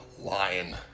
Lion